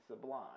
sublime